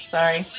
Sorry